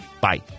Bye